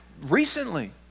recently